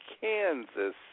Kansas